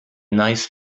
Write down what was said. nice